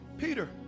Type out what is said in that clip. Peter